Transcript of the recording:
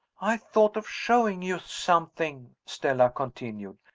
i thought of showing you something, stella continued,